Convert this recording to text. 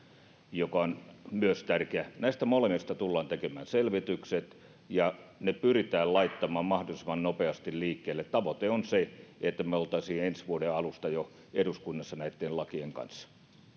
joka on myös tärkeä näistä molemmista tullaan tekemään selvitykset ja ne pyritään laittamaan mahdollisimman nopeasti liikkeelle tavoite on se että me olisimme ensi vuoden alusta jo eduskunnassa näitten lakien kanssa